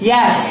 Yes